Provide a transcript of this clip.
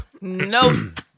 nope